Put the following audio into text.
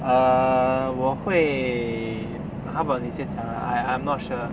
err 我会 how about 你先讲啦 I I'm not sure